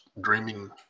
dreaming